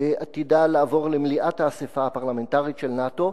עתידה לעבור למליאת האספה הפרלמנטרית של נאט"ו.